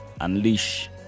unleash